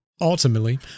ultimately